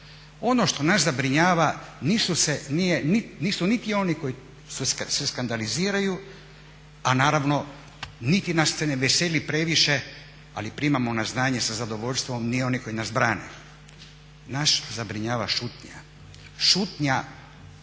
Ono što nas zabrinjava nisu niti oni koji se skandaliziraju, a naravno niti nas ne veseli previše, ali primamo na znanje sa zadovoljstvom ni oni koji nas brane. Nas zabrinjava šutnja, šutnja